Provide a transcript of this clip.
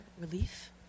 relief